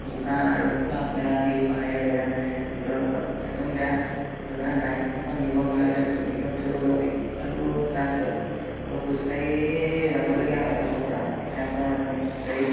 বোকা আৰু পূৰা বেয়া শিল পাহাৰীয়া জেগা ভিতৰত অংশত একদম বেয়া সেইটো কাৰণে বাইককিখন নিব নোৱাৰিলে ভিতৰত থৈ গ'লোঁ আৰু তাৰপিছত হ'লেও খোজকাঢ়িয়েই যাবলগীয়া হয় এডোখৰ পৰা এঠাইৰ পৰা মানে খোজকাঢ়ি